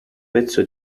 pezzo